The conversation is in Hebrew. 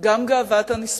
גם גאוות הנספים.